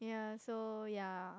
yeah so yeah